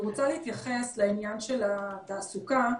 אני רוצה להתייחס לעניין של התעסוקה,